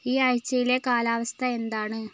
ഈ ആഴ്ചയിലെ കാലാവസ്ഥ എന്താണ്